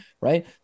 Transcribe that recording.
right